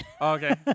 Okay